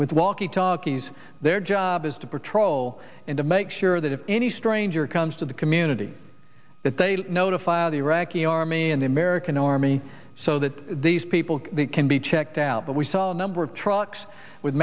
with walkie talkies their job is to patrol and to make sure that if any stranger comes to the community that they notify the iraqi army and the american army so that these people can be checked out but we saw a number of trucks with